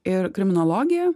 ir kriminologija